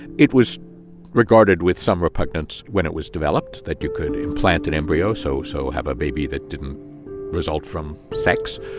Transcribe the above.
it was regarded with some repugnance when it was developed, that you could implant an embryo so so have a baby that didn't result from sex.